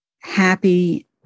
happy